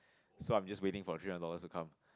so I'm just waiting for three hundred dollars to come